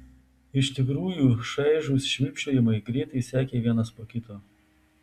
iš tikrųjų šaižūs švilpčiojimai greitai sekė vienas po kito